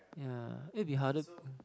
ya it will be harder